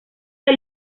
del